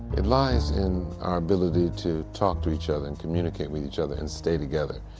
it lies in our ability to talk to each other and communicate with each other and stay together.